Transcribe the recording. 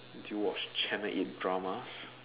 do you watch channel-eight dramas